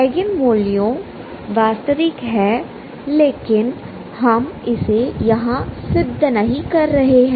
eigen मूल्यों वास्तविक है लेकिन हम इसे यहां सिद्ध नहीं कर रहे हैं